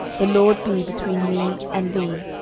the lord be between me and thee,